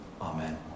Amen